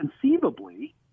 conceivably